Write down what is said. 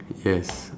yes